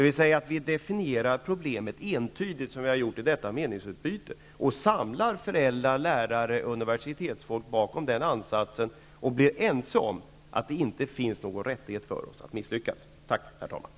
Vi måste definiera problemet entydigt som vi har gjort i detta meningsutbyte och samla föräldrar, lärare och universitetsfolk bakom den ansatsen samt bli ense om att det inte finns någon rätt för oss att misslyckas. Tack, herr talman!